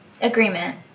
Agreement